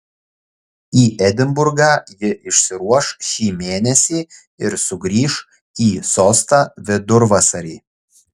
į edinburgą ji išsiruoš šį mėnesį ir sugrįš į sostą vidurvasarį